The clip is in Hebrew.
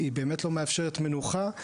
באמת לא מאפשרת מנוחה,